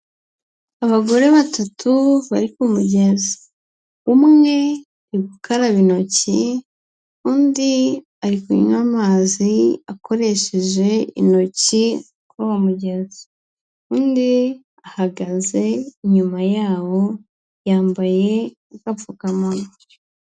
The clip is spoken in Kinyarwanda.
Abagore batatu bari ku mugezi, umwe ari gukaraba intoki, undi ari kunywa amazi akoresheje intoki kuri uwo mugezi, undi ahagaze inyuma yawo yambaye n'agapfukamunwa.